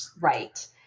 right